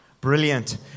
Brilliant